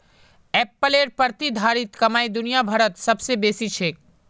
एप्पलेर प्रतिधारित कमाई दुनिया भरत सबस बेसी छेक